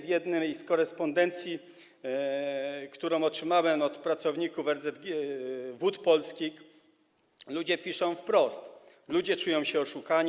W jednej z korespondencji, którą otrzymałem od pracowników Wód Polskich, ludzie piszą wprost, że czują się oszukani.